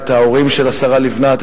את ההורים של השרה לבנת,